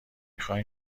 خاین